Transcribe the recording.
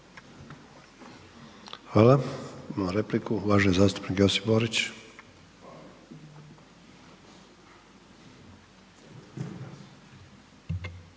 Hvala. Ima repliku uvaženi zastupnik Josip Borić.